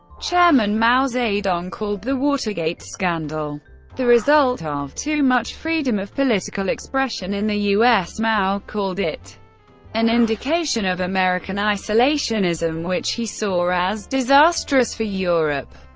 chairman mao zedong called the watergate scandal the result of too much freedom of political expression in the u s. mao called it an indication of american isolationism, which he saw as disastrous for europe.